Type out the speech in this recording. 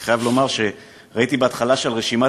אני חייב לומר שראיתי בהתחלה שברשימת